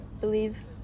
believe